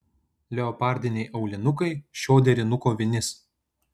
leopardiniai aulinukai šio derinuko vinis